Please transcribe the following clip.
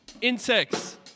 insects